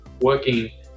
working